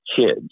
kids